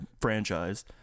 franchise